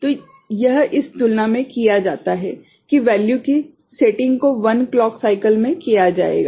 तो यह इस तुलना में किया जाता है और वैल्यू की सेटिंग को 1क्लॉक साइकल में किया जाएगा